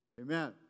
Amen